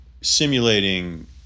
simulating